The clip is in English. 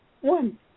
one